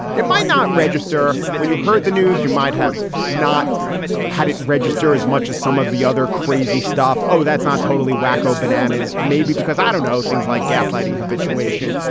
it might not register. when you heard the news, you might have not had it register as much as some of the other crazy stuff. oh, that's not totally wacko bananas. maybe because i don't know things like gaslighting, habituation,